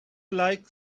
like